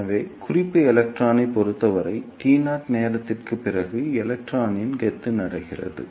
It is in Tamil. எனவே குறிப்பு எலக்ட்ரானைப் பொறுத்தவரை t0 நேரத்திற்குப் பிறகு எலக்ட்ரான்களின் கொத்து நடைபெறுகிறது